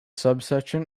subsection